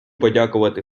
подякувати